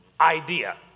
idea